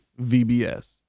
VBS